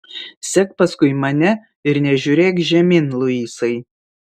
sek paskui mane ir nežiūrėk žemyn luisai